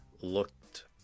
looked